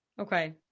Okay